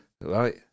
Right